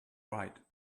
right